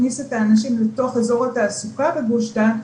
שהכנסת התעסקה בו מבחינת העלויות הכספיות.